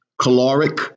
caloric